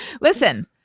Listen